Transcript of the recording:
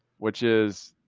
which is.